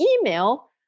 email